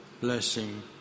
blessing